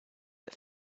but